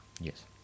Yes